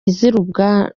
izira